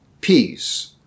peace